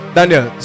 Daniel